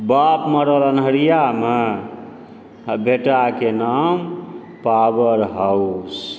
बाप मरल अन्हरियामे आ बेटाके नाम पावर हाउस